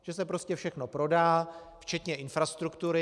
Že se prostě všechno prodá, včetně infrastruktury.